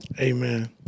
Amen